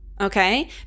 okay